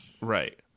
Right